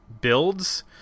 builds